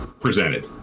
Presented